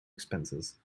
expenses